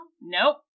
Nope